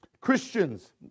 Christians